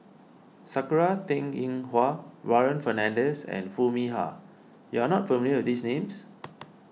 Sakura Teng Ying Hua Warren Fernandez and Foo Mee Har you are not familiar with these names